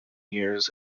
years